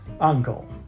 Uncle